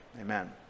Amen